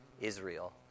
Israel